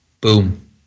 Boom